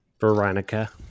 Veronica